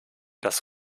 dass